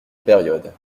période